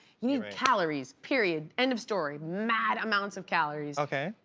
you need calories, period, end of story. mad amounts of calories. okay.